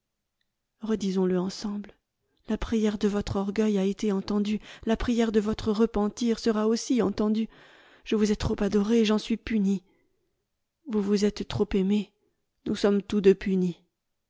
ensemble la prière de votre orgueil a été entendue la prière de votre repentir sera aussi entendue je vous ai trop adoré j'en suis puni vous vous êtes trop aimé nous sommes tous deux punis